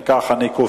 אם כך, אני קובע